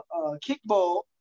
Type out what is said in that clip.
kickball